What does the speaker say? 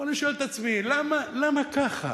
אבל אני שואל את עצמי: למה ככה?